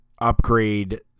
upgrade